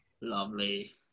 Lovely